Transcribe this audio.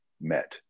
met